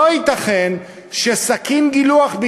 לא ייתכן שסכין גילוח,